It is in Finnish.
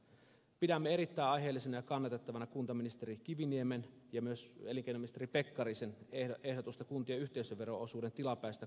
pidämme erittäin aiheellisena ja kannatettavana kuntaministeri kiviniemen ja myös elinkeinoministeri pekkarisen ehdotusta kuntien yhteisövero osuuden tilapäisestä korottamisesta